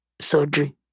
surgery